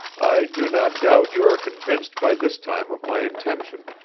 i do not doubt you are convinced by this time of my intention.